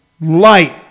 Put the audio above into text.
light